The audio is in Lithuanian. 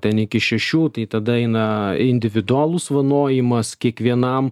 ten iki šešių tai tada eina individualus vanojimas kiekvienam